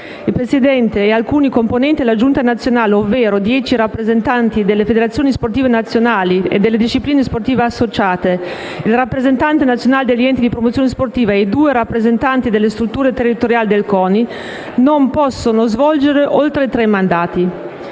Il presidente e alcuni componenti della giunta nazionale, ovvero 10 rappresentanti delle federazioni sportive nazionali e delle discipline sportive associate, il rappresentante nazionale degli enti di promozione sportiva e i due rappresentanti delle strutture territoriali del CONI non possono svolgere oltre tre mandati.